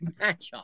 matchup